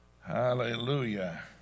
Hallelujah